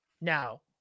Now